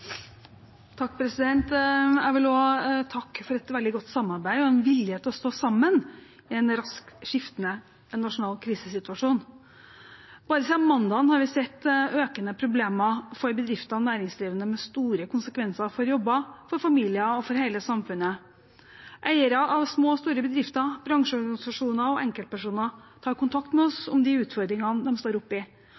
Jeg vil også takke for et veldig godt samarbeid og en vilje til å stå sammen i en raskt skiftende nasjonal krisesituasjon. Bare siden mandag har vi sett økende problemer for bedrifter og næringsdrivende, med store konsekvenser for jobber, for familier og for hele samfunnet. Eiere av små og store bedrifter, bransjeorganisasjoner og enkeltpersoner tar kontakt med oss